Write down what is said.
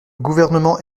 gouvernement